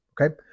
Okay